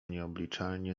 nieobliczalnie